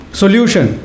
solution